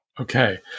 Okay